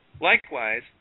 Likewise